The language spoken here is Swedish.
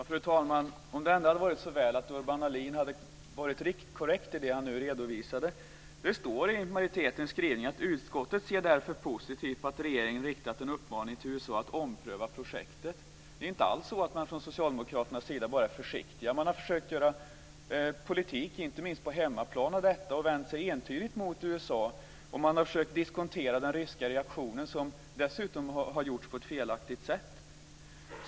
Fru talman! Om det ändå hade varit så väl att Urban Ahlin hade varit korrekt i det han nu redovisade. Det står i majoritetens skrivning att utskottet ser därför positivt på att regeringen riktat en uppmaning till USA att ompröva projektet. Det är inte alls så att man från socialdemokraternas sida är försiktig. Man har försökt göra politik inte minst på hemmaplan av detta och vänt sig entydigt mot USA, och man har försökt diskontera den ryska reaktionen, som dessutom har gjorts på ett felaktigt sätt.